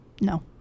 No